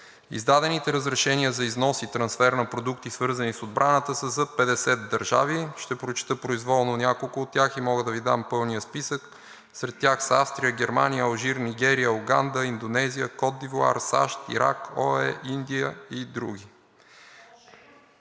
Издадените разрешения за износ и трансфер на продукти, свързани с отбраната, са за 50 държави. Ще прочета произволно няколко от тях и мога да Ви дам пълния списък. Сред тях са: Австрия, Германия, Алжир, Нигерия, Уганда, Индонезия, Код Д`ивоар, САЩ, Ирак, ОЕ, Индия и други.